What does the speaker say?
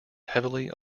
heavily